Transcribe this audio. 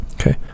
Okay